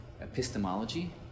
epistemology